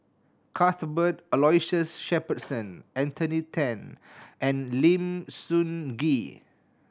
Cuthbert Aloysius Shepherdson Anthony Ten and Lim Sun Gee